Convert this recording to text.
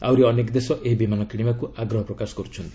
ଆହୁରି ଅନେକ ଦେଶ ଏହି ବିମାନ କିଶିବାକୁ ଆଗ୍ରହ ପ୍ରକାଶ କରୁଛନ୍ତି